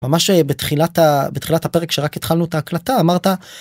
מה שבתחילת בתחילת הפרק שרק התחלנו את הקלטה אמרת.